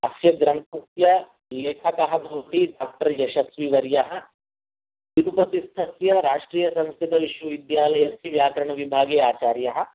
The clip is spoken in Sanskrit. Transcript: अस्य ग्रन्थस्य लेखकः भवति डाक्टर् यशस्विवर्यः तिरुपतिस्थस्य राष्ट्रीयसंस्कृतविश्वविद्यालयस्य व्याकरणविभागे आचार्यः